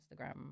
Instagram